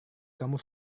kamu